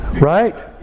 Right